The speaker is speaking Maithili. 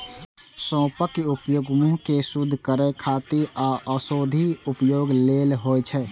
सौंफक उपयोग मुंह कें शुद्ध करै खातिर आ औषधीय उपयोग लेल होइ छै